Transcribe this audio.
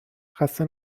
خسته